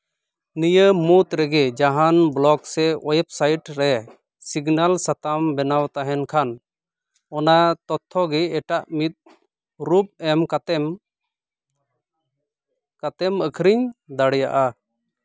ᱱᱤᱭᱟᱹ ᱢᱩᱫᱽ ᱨᱮᱜᱮ ᱡᱟᱦᱟᱱ ᱵᱞᱚᱠ ᱥᱮ ᱳᱭᱮᱵ ᱥᱟᱭᱤᱴ ᱨᱮ ᱥᱤᱜᱽᱱᱮᱞ ᱥᱟᱛᱟᱢ ᱵᱮᱱᱟᱣ ᱛᱟᱦᱮᱱ ᱠᱷᱟᱱ ᱚᱱᱟ ᱛᱚᱛᱛᱷᱚ ᱜᱮ ᱮᱴᱟᱜ ᱢᱤᱫ ᱨᱩᱯ ᱮᱢ ᱠᱟᱛᱮᱢ ᱠᱟᱛᱮᱢ ᱟᱹᱠᱷᱨᱤᱧ ᱫᱟᱲᱮᱭᱟᱜᱼᱟ